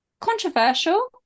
controversial